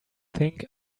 think